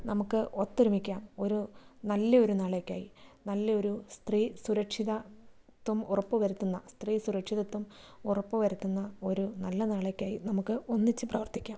നമുക്ക് ഒത്തൊരുമിക്കാം ഒരു നല്ലയൊരു നാളേക്കായി നല്ലയൊരു സ്ത്രീ സുരക്ഷിതത്വം ഉറപ്പ് വരുത്തുന്ന സ്ത്രീ സുരക്ഷിതത്വം ഉറപ്പ് വരുത്തുന്ന ഒരു നല്ല നാളേക്കായി നമുക്ക് ഒന്നിച്ച് പ്രാർത്ഥിക്കാം